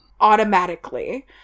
Automatically